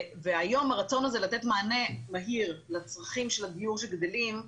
היום הרצון הזה לתת מענה מהיר לצרכים של הדיור שגדלים,